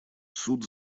суд